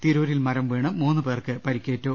തിരൂരിൽ മരം വീണ് മൂന്ന് പേർക്ക് പരിക്കേറ്റു